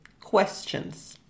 questions